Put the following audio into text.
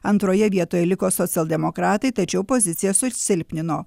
antroje vietoje liko socialdemokratai tačiau pozicijas susilpnino